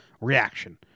reaction